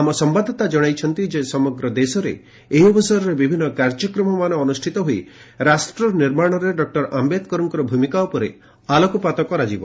ଆମ ସମ୍ବାଦଦାତା ଜଣାଇଛନ୍ତି ସମଗ୍ର ଦେଶରେ ଏହି ଅବସରରେ ବିଭିନ୍ନ କାର୍ଯ୍ୟକ୍ରମମାନ ଅନୁଷ୍ଠିତ ହୋଇ ରାଷ୍ଟ୍ର ନିର୍ମାଣରେ ଡକ୍ଟର ଆମ୍ବେଦକରଙ୍କ ଭୂମିକା ଉପରେ ଆଲୋକପାତ କରାଯିବ